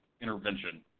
Intervention